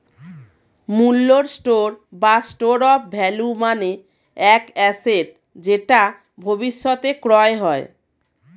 মূল্যের স্টোর বা store of value মানে এক অ্যাসেট যেটা ভবিষ্যতে ক্রয় হয়